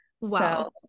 Wow